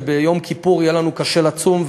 ביום כיפור יהיה לנו קשה לצום,